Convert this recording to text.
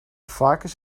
varkens